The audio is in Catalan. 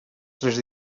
tres